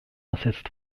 ersetzt